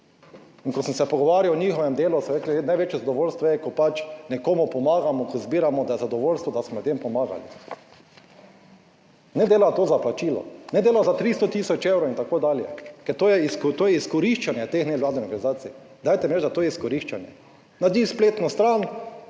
In ko sem se pogovarjal o njihovem delu so rekli, največje zadovoljstvo je, ko nekomu pomagamo, ko zbiramo, da je zadovoljstvo, da smo ljudem pomagali. Ne delajo to za plačilo, ne delajo za 300 tisoč evrov, itd., ker to je izkoriščanje teh nevladnih organizacij. Dajte mi reči, da je to je izkoriščanje, narediš spletno stran,